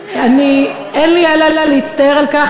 אני, אין לי אלא להצטער על כך.